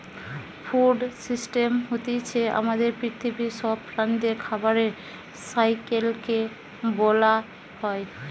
food system হতিছে আমাদের পৃথিবীর সব প্রাণীদের খাবারের সাইকেল কে বোলা হয়